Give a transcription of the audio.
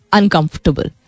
uncomfortable